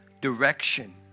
direction